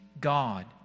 God